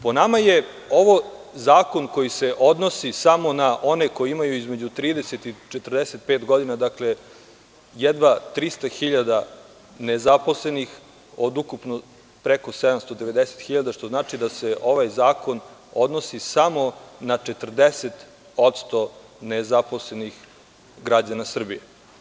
Po nama je ovo zakon koji se odnosi samo na one koji imaju između 30 i 45 godina, dakle, jedva 300.000 nezaposlenih od ukupno preko 790.000, što znači da se ovaj zakon odnosi samo na 40% nezaposlenih građana Srbije.